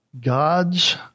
God's